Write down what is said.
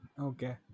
Okay